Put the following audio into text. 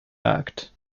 act